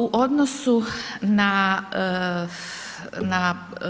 U odnosu